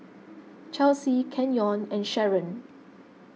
Chelsy Kenyon and Sharon